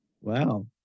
Wow